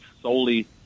solely